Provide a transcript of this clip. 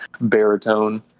baritone